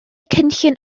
cynllun